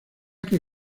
que